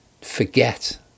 forget